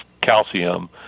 calcium